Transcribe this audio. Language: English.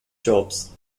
jobs